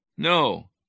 No